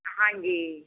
ਹਾਂਜੀ